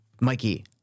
Mikey